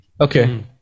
okay